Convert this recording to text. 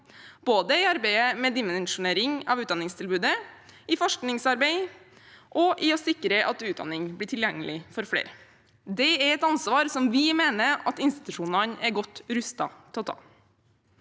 både i arbeidet med dimensjonering av utdanningstilbudet, i forskningsarbeid og når det gjelder å sikre at utdanning blir tilgjengelig for flere. Det er et ansvar som vi mener at institusjonene er godt rustet til å ta.